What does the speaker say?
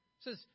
says